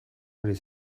ari